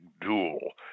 duel